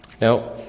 Now